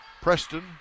Preston